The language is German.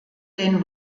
den